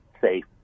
safe